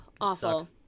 awful